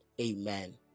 Amen